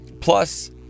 plus